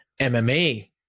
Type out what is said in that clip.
MMA